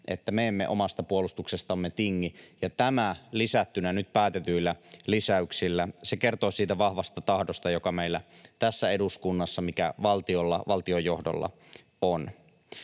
että me emme omasta puolustuksestamme tingi. Tämä lisättynä nyt päätetyillä lisäyksillä kertoo siitä vahvasta tahdosta, joka meillä tässä eduskunnassa on, joka valtiolla, valtiojohdolla on.